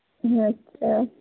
अच्छा